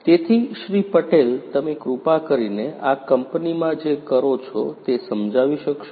તેથી શ્રી પટેલ તમે કૃપા કરીને આ કંપનીમાં જે કરો છો તે સમજાવી શકશો